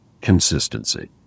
consistency